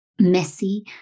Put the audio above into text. messy